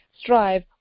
strive